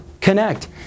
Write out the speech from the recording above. connect